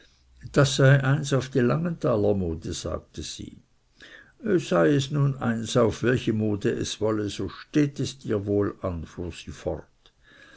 das sei eins auf die langenthaler mode sagte sie sei es nun eins auf welche mode es wolle so steht es dir wohl an fuhr sie fort